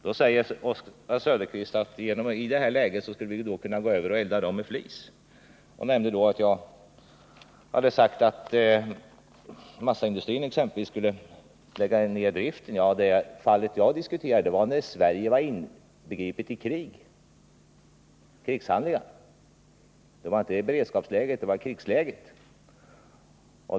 Då säger Oswald Söderqvist att i det här läget skulle vi kunna gå över till att elda värmeverken med flis och nämner att jag har sagt, att exempelvis massaindustrin skulle lägga ned driften. Men det fall jag tog upp till diskussion var att Sverige var indraget i krigshandlingar, alltså inte beredskapsläge utan krigsläge.